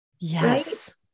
Yes